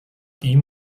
ihm